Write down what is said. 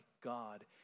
God